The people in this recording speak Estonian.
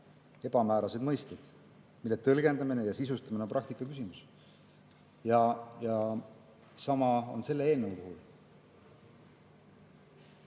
ebamääraseid mõisteid, mille tõlgendamine ja sisustamine on praktika küsimus. Sama on selle eelnõu puhul.